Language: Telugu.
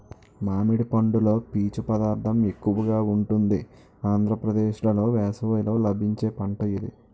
మామిడి పండులో పీచు పదార్థం ఎక్కువగా ఉంటుంది ఆంధ్రప్రదేశ్లో వేసవిలో లభించే పంట ఇది